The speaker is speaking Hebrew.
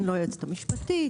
אני לא היועצת המשפטית,